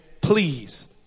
Please